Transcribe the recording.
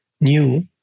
new